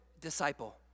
disciple